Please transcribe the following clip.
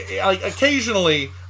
Occasionally